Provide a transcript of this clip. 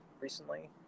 recently